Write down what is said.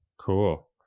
Cool